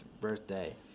birthday